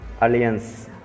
Alliance